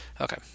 Okay